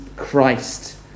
christ